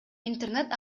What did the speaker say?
интернет